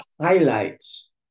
highlights